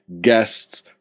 guests